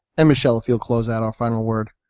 and michelle, if you'll close out our final word?